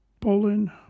Poland